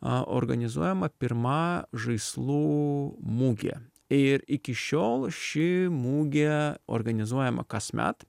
a organizuojama pirma žaislų mugė ir iki šiol ši mugė organizuojama kasmet